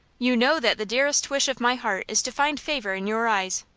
you know that the dearest wish of my heart is to find favor in your eyes.